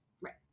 Right